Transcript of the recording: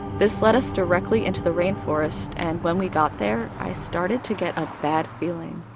this led us directly into the rainforest and when we got there, i started to get a bad feeling.